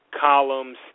columns